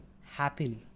happily